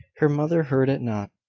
her mother heard it not.